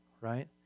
right